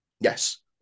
Yes